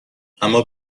اما